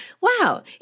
wow